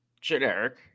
generic